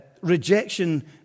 rejection